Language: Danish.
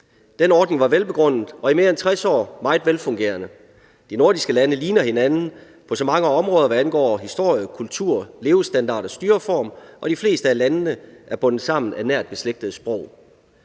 Den ordning var velbegrundet og i mere end 60 år meget velfungerende. De nordiske lande ligner hinanden på så mange områder, hvad angår historie, kultur, levestandard og styreform, og de fleste af landene er bundet sammen af nært beslægtede sprog.